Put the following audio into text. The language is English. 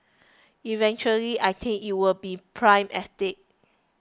eventually I think it will be prime estate